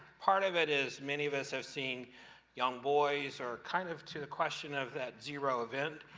part of it is, many of us have seen young boys, are kind of to the question of that zero event.